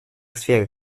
сферы